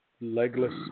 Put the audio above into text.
legless